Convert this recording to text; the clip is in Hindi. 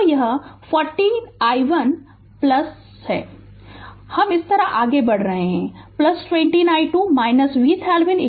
Refer Slide Time 1456 तो यह 40 i1 है हम इस तरह आगे बढ़ रहे हैं 20 i2 VThevenin 0